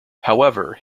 however